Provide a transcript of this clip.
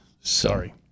Sorry